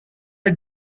are